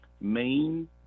main